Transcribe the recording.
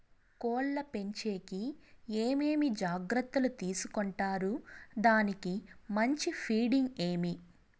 కోళ్ల పెంచేకి ఏమేమి జాగ్రత్తలు తీసుకొంటారు? దానికి మంచి ఫీడింగ్ ఏమి?